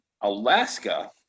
Alaska